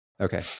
Okay